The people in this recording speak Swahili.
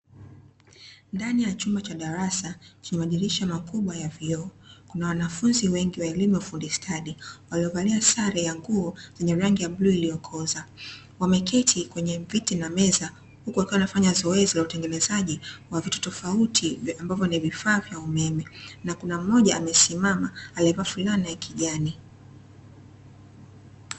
Ndani ya chumba cha darasa chenye madirisha makubwa ya vioo, kuna wanafunzi wengi wa elimu ya ufundi stadi, waliovalia sare ya nguo zenye rangi ya bluu iliyokoza. Wameketi kwenye viti na meza, huku wakiwa wanafanya zoezi la utengenezaji wa vitu tofauti, ambavyo ni vifaa vya umeme. Na kuna mmoja amesimama, aliyevaa fulana ya kijani.